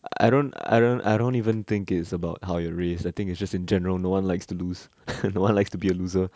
I don't I don't I don't even think it's about how you're raised I think it's just in general no one likes to lose no one likes to be a loser